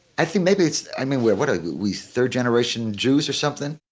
i think maybe it's. i mean, where what are we, third generation jews or something?